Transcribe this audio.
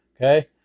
okay